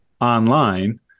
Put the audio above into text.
online